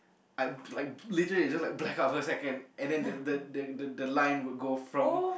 I I literally it's just black out for a second and then the the the the the line would go from